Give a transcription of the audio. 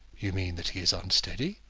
you mean that he is unsteady?